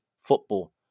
football